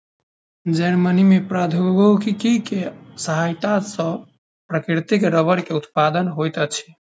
Germany में प्रौद्योगिकी के सहायता सॅ प्राकृतिक रबड़ के उत्पादन होइत अछि